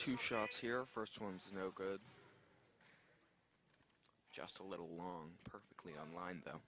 two shots here first one for no good just a little long perfectly on line though